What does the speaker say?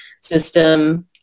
system